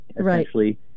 essentially